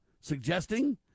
suggesting